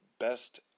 Best